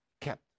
kept